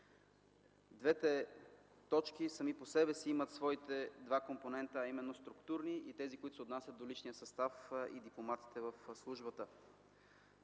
Двете точки сами по себе си имат своите два компонента, а именно структурни и тези, които се отнасят до личния състав и дипломатите в службата.